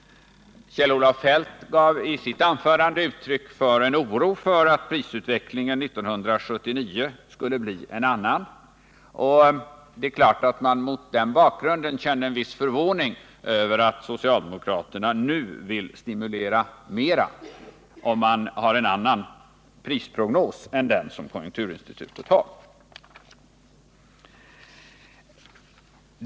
Kjell-Olof Feldt gav i sitt anförande uttryck för en oro för att prisutvecklingen 1979 skulle bli en annan. Det är klart att man mot den bakgrunden känner en viss förvåning över att socialdemokraterna, om de har en annan prisprognos än den konjunkturinstitutet har, nu vill stimulera mera.